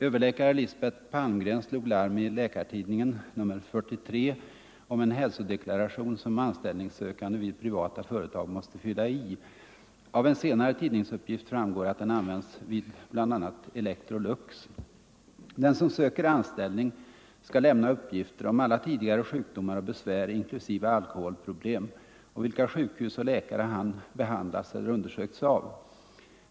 Överläkare Lisbet Palmgren slog larm i Läkartidningen nr 43 om en hälsodeklaration, som anställningssökande vid privata företag måste fylla i. Av en senare tidningsuppgift framgår att den används vid bl.a. Electrolux. Den som söker anställning skall lämna uppgifter om alla tidigare sjukdomar och besvär, inklusive alkoholproblem, och vilka sjukhus och läkare som behandlat eller undersökt honom.